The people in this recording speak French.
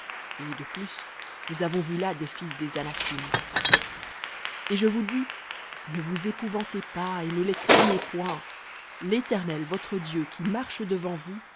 et de plus nous avons vu là des fils des anakim et je vous dis ne vous épouvantez pas et ne les craignez point léternel votre dieu qui marche devant vous